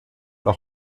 auch